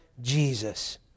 Jesus